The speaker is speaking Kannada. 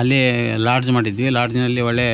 ಅಲ್ಲಿ ಲಾಡ್ಜ್ ಮಾಡಿದ್ವಿ ಲಾಡ್ಜಿನಲ್ಲಿ ಒಳ್ಳೆ